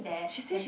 she said she